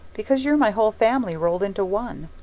because you're my whole family rolled into one.